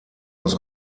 aus